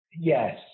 Yes